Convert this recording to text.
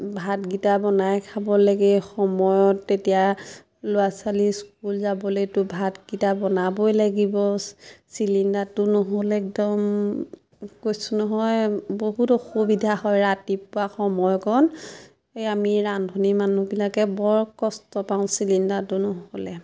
ভাতকিটা বনাই খাব লাগে সময়ত তেতিয়া ল'ৰা ছোৱালী স্কুল যাবলেতো ভাতকিটা বনাবই লাগিব চিলিণ্ডাৰটো নহ'লে একদম কৈছোঁ নহয় বহুত অসুবিধা হয় ৰাতিপুৱা সময়কণ এই আমি ৰান্ধনী মানুহবিলাকে বৰ কষ্ট পাওঁ চিলিণ্ডাৰটো নহ'লে